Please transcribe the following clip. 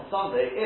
Sunday